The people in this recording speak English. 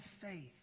faith